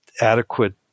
adequate